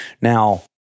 Now